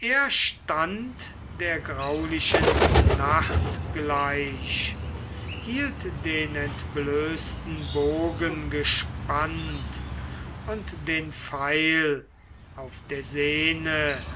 er stand der graulichen nacht gleich hielt den entblößten bogen gespannt und den pfeil auf der senne